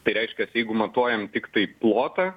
tai reiškias jeigu matuojam tiktai plotą